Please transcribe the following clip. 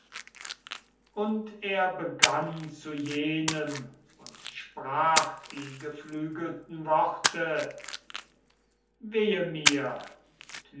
und er begann zu jenem und sprach die geflügelten worte möchten o